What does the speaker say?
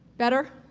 better.